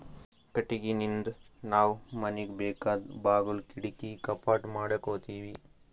ಕಟ್ಟಿಗಿನಿಂದ್ ನಾವ್ ಮನಿಗ್ ಬೇಕಾದ್ ಬಾಗುಲ್ ಕಿಡಕಿ ಕಪಾಟ್ ಮಾಡಕೋತೀವಿ